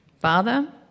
father